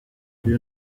uyu